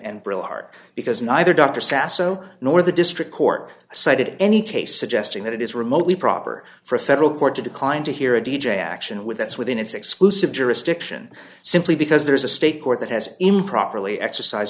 and brill arc because neither dr sasso nor the district court cited any case suggesting that it is remotely proper for a federal court to decline to hear a d j action with that's within its exclusive jurisdiction simply because there is a state court that has improperly exercise